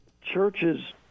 Churches